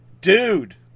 dude